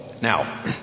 Now